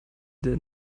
der